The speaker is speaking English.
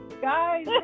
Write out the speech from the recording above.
guys